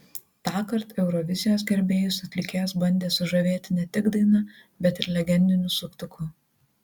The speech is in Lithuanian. tąkart eurovizijos gerbėjus atlikėjas bandė sužavėti ne tik daina bet ir legendiniu suktuku